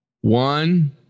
One